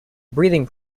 breathing